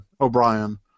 O'Brien